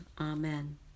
Amen